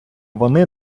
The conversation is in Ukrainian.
вони